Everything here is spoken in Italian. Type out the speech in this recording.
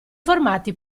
formati